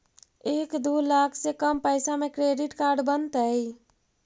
एक दू लाख से कम पैसा में क्रेडिट कार्ड बनतैय?